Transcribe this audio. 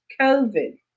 COVID